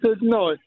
no